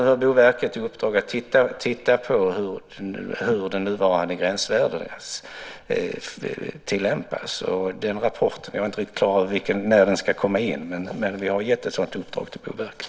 Nu har Boverket i uppdrag att titta på hur nuvarande gränsvärden tillämpas. Jag är inte riktigt klar över när den rapporten ska komma in, men vi har gett ett sådant uppdrag till Boverket.